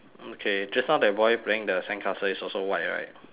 okay just now that boy playing the sandcastle is also white right